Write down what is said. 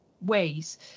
ways